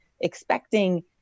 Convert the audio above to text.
expecting